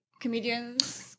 comedians